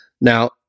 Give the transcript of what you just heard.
Now